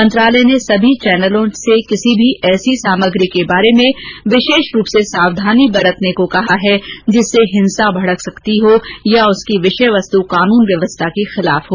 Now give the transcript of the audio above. मंत्रालय ने सभी चैनलों से किसी भी ऐसी सामग्री के बारे में विशेष रूप से सावधानी बरतने को कहा है जिससे हिंसा भड़क सकती हो या उसकी विषय वस्तु कानून व्यवस्था के खिलाफ हो